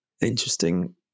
interesting